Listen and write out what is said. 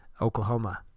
Oklahoma